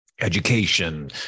education